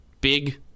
big